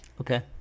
Okay